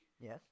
Yes